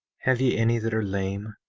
have ye any that are lame,